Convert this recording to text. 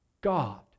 God